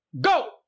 Go